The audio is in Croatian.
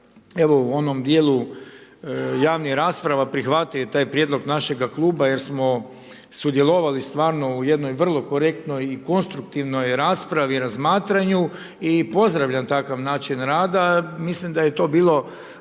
u onom dijelu javnih rasprava prihvatio taj prijedlog našega Kluba jer smo sudjelovali stvarno u jednoj vrlo korektnoj i konstruktivnoj raspravi razmatranju i pozdravljam takav način rada. Mislim da je to bilo